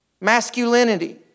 Masculinity